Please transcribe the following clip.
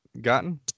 gotten